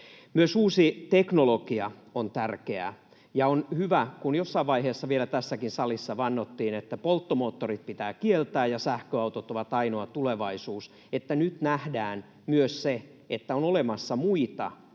Myös uusi teknologia on tärkeää. On hyvä, että kun jossain vaiheessa vielä tässäkin salissa vannottiin, että polttomoottorit pitää kieltää ja sähköautot ovat ainoa tulevaisuus, niin nyt nähdään myös se, että on olemassa muita